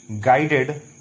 Guided